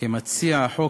כמציע החוק,